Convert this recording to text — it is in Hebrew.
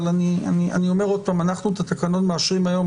אבל אני אומר עוד פעם אנחנו את התקנון מאשרים היום.